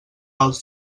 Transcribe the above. als